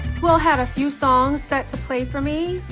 will had a few songs set to play for me,